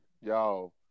Yo